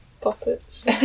puppets